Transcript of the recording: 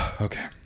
okay